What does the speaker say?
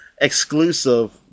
exclusive